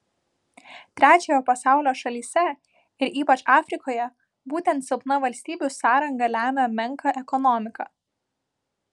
trečiojo pasaulio šalyse ir ypač afrikoje būtent silpna valstybių sąranga lemia menką ekonomiką